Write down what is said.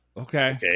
Okay